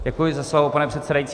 Děkuji za slovo, pane předsedající.